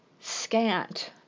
scant